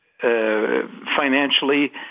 financially